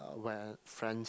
when friends